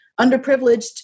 underprivileged